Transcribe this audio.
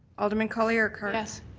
alderman colley-urqhart? yes.